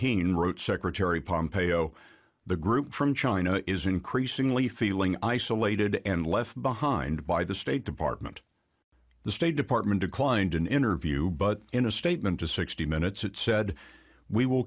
shaheen wrote secretary pompei o the group from china is increasingly feeling isolated and left behind by the state department the state department declined an interview but in a statement to sixty minutes it said we will